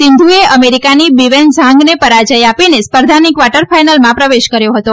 સિંધુએ અમેરિકાની બીવેન ઝાંગને પરાજય આપીને સ્પર્ધાની ક્વાર્ટર ફાઈનલમાં પ્રવેશ કર્યો હતો